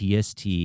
TST